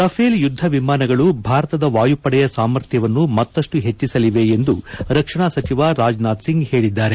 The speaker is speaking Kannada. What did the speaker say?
ರಫೇಲ್ ಯುದ್ದವಿಮಾನಗಳು ಭಾರತದ ವಾಯುಪಡೆಯ ಸಾಮರ್ಥ್ಯವನ್ನು ಮತ್ತಷ್ಟು ಹೆಚ್ಚಿಸಲಿದೆ ಎಂದು ರಕ್ಷಣಾ ಸಚಿವ ರಾಜನಾಥ್ ಸಿಂಗ್ ಹೇಳಿದ್ದಾರೆ